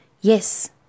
yes